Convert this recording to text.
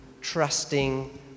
trusting